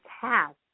task